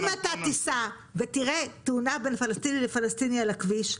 אם אתה תיסע ואתה תראה תאונה בין פלסטיני לפלסטיני בכביש,